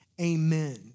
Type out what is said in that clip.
amen